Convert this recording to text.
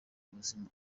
ubuzima